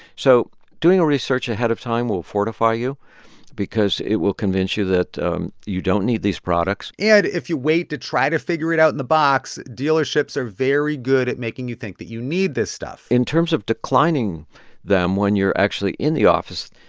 so doing your research ahead of time will fortify you because it will convince you that and you don't need these products yeah and if you wait to try to figure it out in the box, dealerships are very good at making you think that you need this stuff in terms of declining them when you're actually in the office,